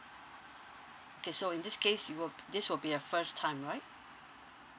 K so in this case you will this will be the first time right